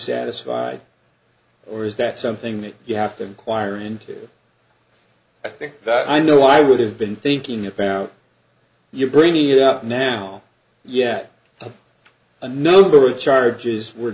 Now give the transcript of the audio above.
dissatisfied or is that something that you have to inquire into i think that i know i would have been thinking about you bringing it up now yet of a number of charges were